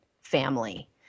family